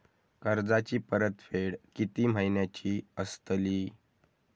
कर्जाची परतफेड कीती महिन्याची असतली?